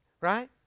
right